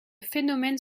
phénomène